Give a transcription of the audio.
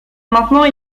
maintenant